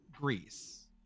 Greece